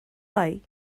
lai